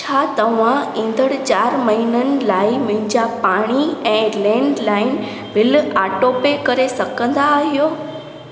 छा तव्हां ईंदड़ चार महीननि लाइ मुंहिंजा पाणी ऐं लैंडलाइन बिल आटोपे करे सघंदा आहियो